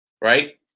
right